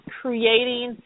creating